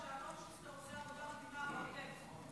שאלון שוסטר עושה עבודה מדהימה בעוטף,